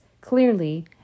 clearly